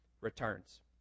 returns